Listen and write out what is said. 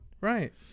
right